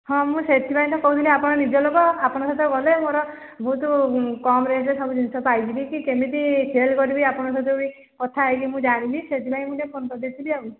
ହଁ ମୁଁ ସେଥିପାଇଁ ତ କହୁଥିଲି ଆପଣ ନିଜ ଲୋକ ଆପଣଙ୍କ ସହିତ ଗଲେ ମୋର ବହୁତ କମ୍ ରେଞ୍ଜରେ ସବୁ ଜିନିଷ ପାଇଯିବି କି କେମିତି ସେଲ୍ କରିବି ଆପଣଙ୍କ ସହିତ ବି କଥା ହେଇକି ମୁଁ ଜାଣିନି ସେଥିପାଇଁ ମୁଁ ଟିକେ ଫୋନ୍ କରି ଦେଇଥିଲି ଆଉ